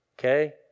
okay